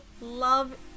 love